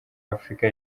afrika